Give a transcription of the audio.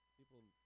People